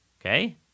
Okay